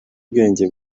ubwenge